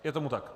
Je tomu tak.